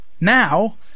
Now